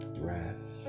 breath